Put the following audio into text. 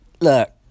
look